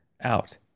out